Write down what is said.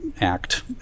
act